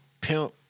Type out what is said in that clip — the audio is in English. pimp